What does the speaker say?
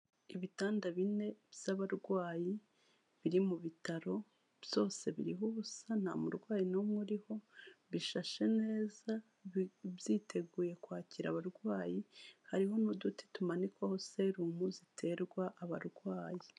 Ibitanda bine by'abarwayi biri mu bitaro byose biriho ubusa nta murwayi n'umwe uriho bishashe neza byiteguye kwakira abarwayi, hariho n'uduti tumanikwaho serumu ziterwa abarwayi.